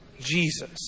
Jesus